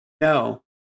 No